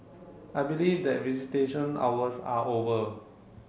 I believe that visitation hours are over